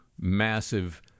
massive